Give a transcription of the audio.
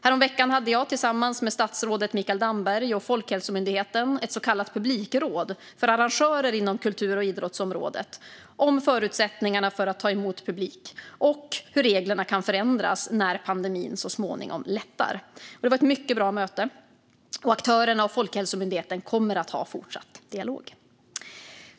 Häromveckan hade jag tillsammans med statsrådet Mikael Damberg och Folkhälsomyndigheten ett så kallat publikråd för arrangörer inom kultur och idrottsområdet om förutsättningarna för att ta emot publik och hur reglerna kan förändras när pandemin så småningom lättar. Det var ett mycket bra möte, och aktörerna och Folkhälsomyndigheten kommer att ha fortsatt dialog.